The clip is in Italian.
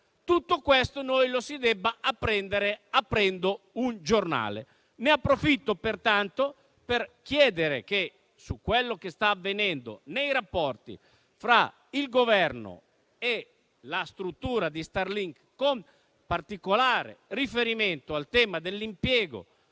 tutto questo noi lo si debba apprendere aprendo un giornale? Ne approfitto pertanto per chiedere che, su quello che sta avvenendo nei rapporti fra il Governo e la struttura di Starlink, con particolare riferimento al tema dell'impiego